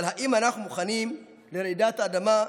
אבל האם אנחנו מוכנים לרעידת האדמה,